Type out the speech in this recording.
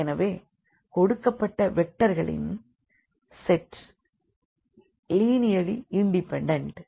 எனவே கொடுக்கப்பட்ட வெக்டர்களின் செட் லீனியர்லி இண்டிபெண்டன்ட்